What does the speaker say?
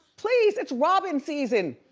please it's robing season.